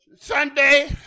Sunday